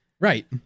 Right